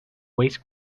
waste